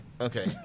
Okay